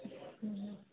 હમ